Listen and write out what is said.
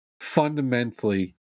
fundamentally